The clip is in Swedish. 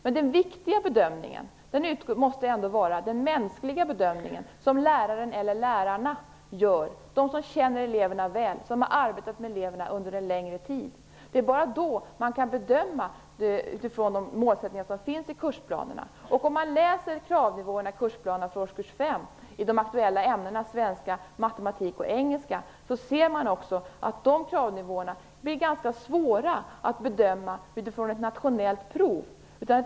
Men den viktiga bedömningen måste ändå vara den mänskliga bedömningen, som läraren eller lärarna gör, de som känner eleverna väl och som har arbetet med eleverna under en längre tid. Det är bara då man kan bedöma utifrån de målsättningar som finns i kursplanerna. Om man läser kravnivåerna i kursplanerna för årskurs 5 i de aktuella ämnena svenska, matematik och engelska ser man också att de kravnivåerna blir ganska svåra att bedöma utifrån ett nationellt prov.